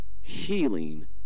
healing